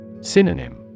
Synonym